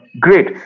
great